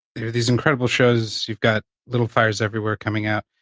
you know, these incredible shows, you've got little fires everywhere coming out.